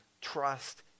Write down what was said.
trust